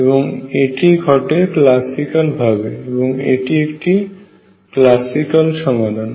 এবং এটি ঘটে ক্লাসিক্যাল ভাবে এবং এটি একটি ক্লাসিক্যাল সমাধান